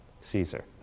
Caesar